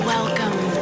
Welcome